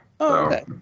okay